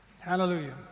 Hallelujah